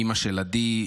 אימא של עדי,